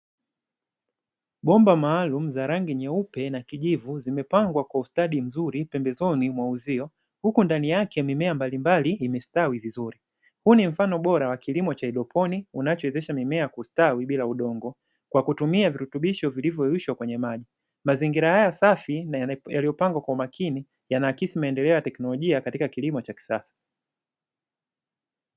Bomba maalumu za rangi nyeupe na kijivu zimepangwa kwa ustadi mzuri pembezoni mwa uzio, huku ndani yake mimea mbalimbali imestawi vizuri, huu ni mfano bora wa kilimo cha haidroponi unachowezesha mimea kustawi bila udongo kwa kutumia virutubisho vilivyo yeyushwa kwenye maji. Mazingira haya safi na yaliyopangwa kwa umakini yanaakisi maendeleo ya teknolojia katika kilimo cha kisasa.